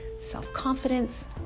self-confidence